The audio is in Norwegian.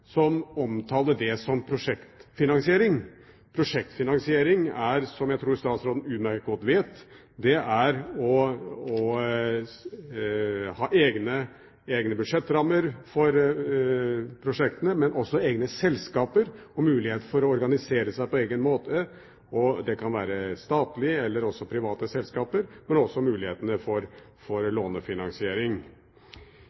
som omtaler det som prosjektfinansiering. Prosjektfinansiering er, som jeg tror statsråden utmerket godt vet, å ha egne budsjettrammer for prosjektene, å ha egne selskaper og en mulighet til å organisere seg på egen måte. Det kan være statlige eller private selskaper, med mulighet også for